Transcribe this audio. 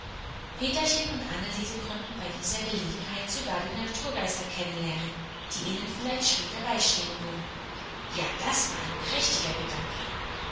peterchen und anneliese konnten bei dieser gelegenheit sogar die naturgeister kennenlernen die ihnen vielleicht später beistehen würden ja das war ein prächtiger gedanke